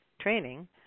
training